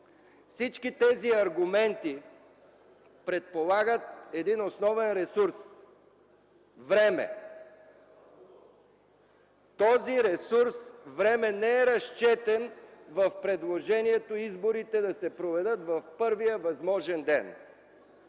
Всички тези аргументи предполагат един основен ресурс – време. Този ресурс не е разчетен в предложението изборите да се проведат в първия възможен ден.